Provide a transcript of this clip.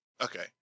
Okay